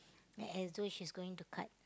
as though she's going to cut